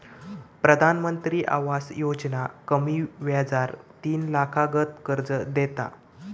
प्रधानमंत्री आवास योजना कमी व्याजार तीन लाखातागत कर्ज देता